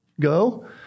go